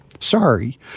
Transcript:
Sorry